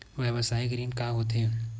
व्यवसायिक ऋण का होथे?